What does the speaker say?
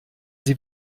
sie